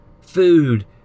food